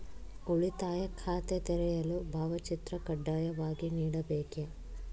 ಉಳಿತಾಯ ಖಾತೆ ತೆರೆಯಲು ಭಾವಚಿತ್ರ ಕಡ್ಡಾಯವಾಗಿ ನೀಡಬೇಕೇ?